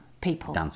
people